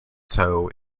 toe